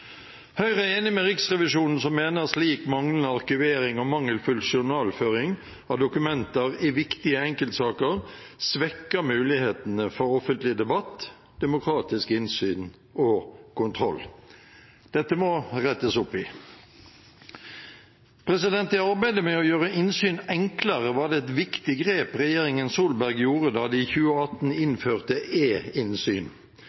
Høyre er enig med Riksrevisjonen som mener slik manglende arkivering og mangelfull journalføring av dokumenter i viktige enkeltsaker svekker mulighetene for offentlig debatt, demokratisk innsyn og kontroll. Dette må det rettes opp i. I arbeidet med å gjøre innsyn enklere var det et viktig grep regjeringen Solberg gjorde da de i 2018